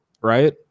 right